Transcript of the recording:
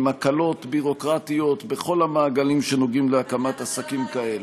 עם הקלות ביורוקרטיות בכל המעגלים שנוגעים להקמת עסקים כאלה.